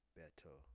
better